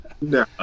No